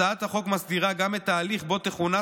הצעת החוק מסדירה גם את ההליך שבו תכונס